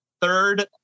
Third